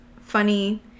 funny